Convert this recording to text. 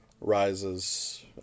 rises